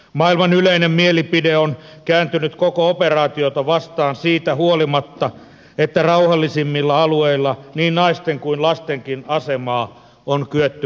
maailman yleinen mielipide on kääntynyt koko operaatiota vastaan siitä huolimatta että rauhallisimmilla alueilla niin naisten kuin lastenkin asemaa on kyetty parantamaan